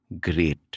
great